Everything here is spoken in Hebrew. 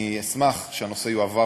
אני אשמח שהנושא יועבר,